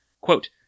Quote